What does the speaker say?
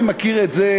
אני מכיר את זה,